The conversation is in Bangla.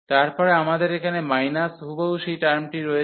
তারপরে আমাদের এখানে মাইনাস হুবহু সেই টার্মটি রয়েছে